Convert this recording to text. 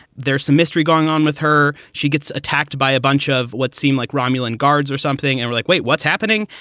there's some mystery going on with her. she gets attacked by a bunch of what seemed like romulan guards or something and were like, wait, what's happening?